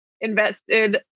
invested